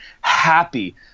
happy